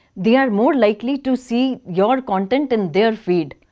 they are more likely to see your content in their feed.